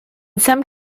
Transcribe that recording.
some